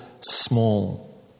small